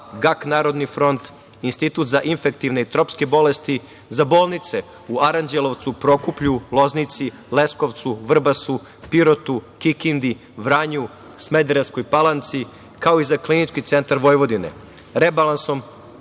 GAK Narodni front, Institut za infektivne i tropske bolesti, za bolnice u Aranđelovcu, Prokuplju, Loznici, Leskovcu, Vrbasu, Pirotu, Kikindi, Vranju, Smederevskoj Palanci, kao i za Klinički centar Vojvodine. Rebalansom